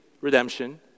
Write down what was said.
redemption